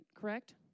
correct